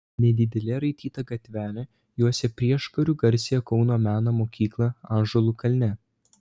nedidelė raityta gatvelė juosia prieškariu garsiąją kauno meno mokyklą ąžuolų kalne